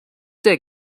der